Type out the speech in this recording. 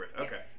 Okay